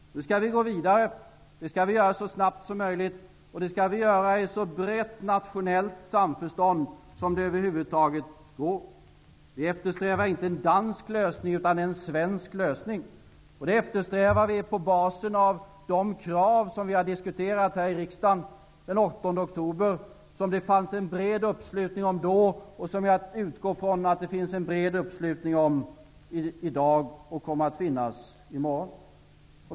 Nu skall vi går vidare. Det skall vi göra så snabbt som möjligt, och vi skall göra det i ett så brett nationellt samförstånd som över huvud taget är möjligt. Vi eftersträvar inte en dansk lösning, utan en svensk lösning. Det eftersträvar vi på basen av de krav vi har diskuterat här i riksdagen den 8 oktober. Det fanns då en bred uppslutning kring dessa krav som jag utgår från finns också i dag och som kommer att finnas i morgon.